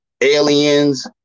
aliens